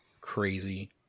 crazy